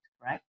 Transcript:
Right